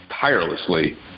tirelessly